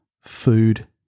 food